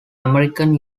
american